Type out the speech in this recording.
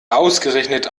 ausgerechnet